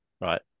right